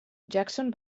jackson